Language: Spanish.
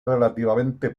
relativamente